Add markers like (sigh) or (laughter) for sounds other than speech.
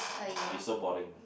(noise) it's so boring ah